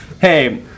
hey